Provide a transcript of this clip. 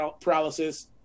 paralysis